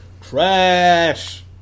Trash